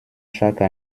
chaque